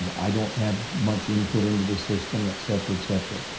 um i don't have much input into the system, et cetera, et cetera.